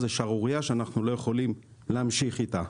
זו שערורייה שאנחנו לא יכולים להמשיך איתה.